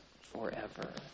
forever